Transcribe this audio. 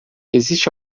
existe